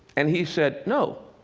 and he said, no.